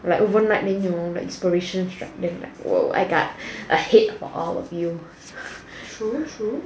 like overnight then they will write inspiration struck them like !whoa! I got a head of all of you